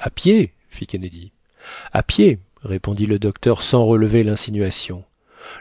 a pied fit kennedy a pied répondit le docteur sans relever l'insinuation